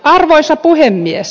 arvoisa puhemies